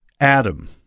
Adam